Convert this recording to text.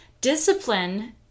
Discipline